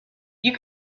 you